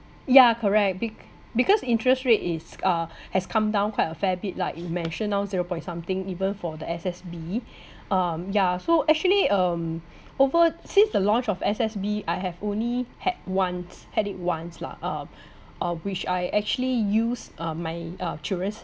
ya correct be~ because interest rate is uh has come down quite a fair bit lah you mention now zero point something even for the S_S_B um yeah so actually um over since the launch of S_S_B I have only had once had it once lah uh uh which I actually use uh my uh children's